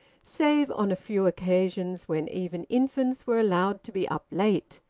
save on a few occasions when even infants were allowed to be up late.